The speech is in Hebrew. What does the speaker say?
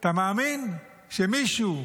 אתה מאמין שמישהו,